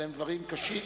אלה דברים קשים.